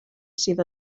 sydd